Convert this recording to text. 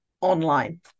online